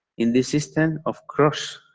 in this system, of course,